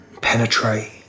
penetrate